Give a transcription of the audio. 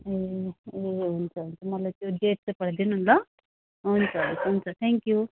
ए ए हुन्छ हुन्छ मलाई त्यो डेट चाहिँ पठाइदिनु नि ल अँ हुन्छ थ्याङ्क्यु